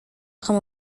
akan